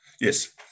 Yes